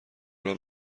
راه